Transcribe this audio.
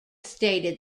stated